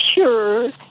sure